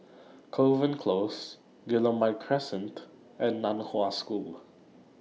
Kovan Close Guillemard Crescent and NAN Hua High School